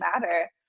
matter